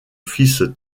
fils